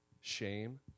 shame